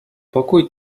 pokój